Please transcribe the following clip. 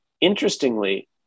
interestingly